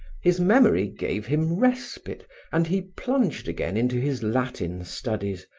his memory gave him respite and he plunged again into his latin studies,